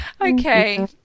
Okay